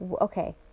Okay